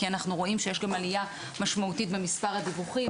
כי אנחנו רואים שיש גם עלייה משמעותית במספר הדיווחים,